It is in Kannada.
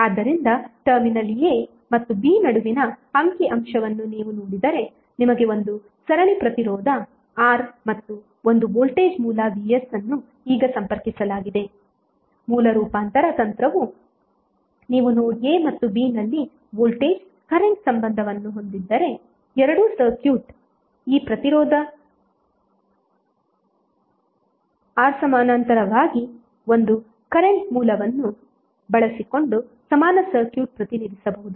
ಆದ್ದರಿಂದ ಟರ್ಮಿನಲ್ A ಮತ್ತು B ನಡುವಿನ ಅಂಕಿಅಂಶವನ್ನು ನೀವು ನೋಡಿದರೆ ನಿಮಗೆ ಒಂದು ಸರಣಿ ಪ್ರತಿರೋಧ R ಮತ್ತು ಒಂದು ವೋಲ್ಟೇಜ್ ಮೂಲ vs ಅನ್ನು ಈಗ ಸಂಪರ್ಕಿಸಲಾಗಿದೆ ಮೂಲ ರೂಪಾಂತರ ತಂತ್ರವು ನೀವು ನೋಡ್ A ಮತ್ತು B ನಲ್ಲಿ ವೋಲ್ಟೇಜ್ ಕರೆಂಟ್ ಸಂಬಂಧವನ್ನು ಹೊಂದಿದ್ದರೆ ಎರಡೂ ಸರ್ಕ್ಯೂಟ್ ಈ ಪ್ರತಿರೋಧ ಆರ್ಸಮಾನಾಂತರವಾಗಿ ಒಂದು ಕರೆಂಟ್ ಮೂಲವನ್ನು ಬಳಸಿಕೊಂಡು ಸಮಾನ ಸರ್ಕ್ಯೂಟ್ ಪ್ರತಿನಿಧಿಸಬಹುದು